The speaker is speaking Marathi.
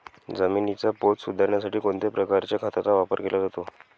जमिनीचा पोत सुधारण्यासाठी कोणत्या प्रकारच्या खताचा वापर केला जातो?